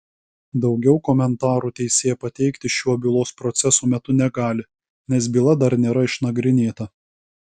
daugiau komentarų teisėja pateikti šiuo bylos proceso metu negali nes byla dar nėra išnagrinėta